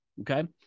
Okay